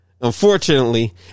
unfortunately